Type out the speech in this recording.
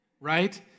right